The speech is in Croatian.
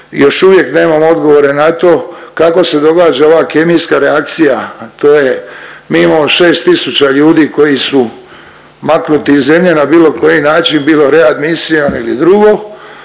još uvijek nemamo odgovore na to kako se događa ova kemijska reakcija, a to je mi imamo 6 tisuća ljudi koji su maknuti iz zemlje na bilo koji način, bilo readmisijom ili drugo,